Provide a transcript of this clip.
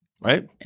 right